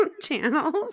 channels